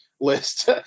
list